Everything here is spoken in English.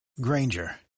Granger